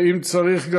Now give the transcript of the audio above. ואם צריך,